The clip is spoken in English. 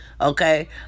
Okay